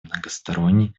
многосторонней